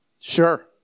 Sure